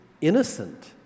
innocent